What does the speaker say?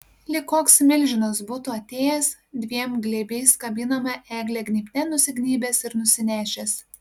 lyg koks milžinas būtų atėjęs dviem glėbiais kabinamą eglę gnybte nusignybęs ir nusinešęs